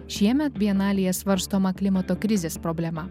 šiemet bienalėje svarstoma klimato krizės problema